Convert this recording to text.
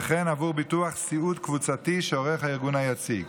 וכן עבור ביטוח סיעוד קבוצתי שעורך הארגון היציג.